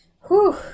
Whew